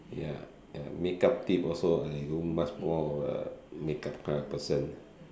ya makeup team also I do much more of a makeup kind of person